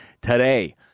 today